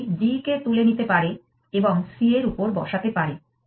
এটি D কে তুলে নিতে পারে এবং C এর উপর বসাতে পারে